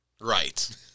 Right